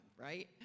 right